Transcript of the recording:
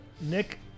Nick